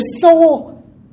soul